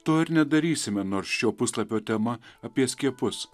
to ir nedarysime nors šio puslapio tema apie skiepus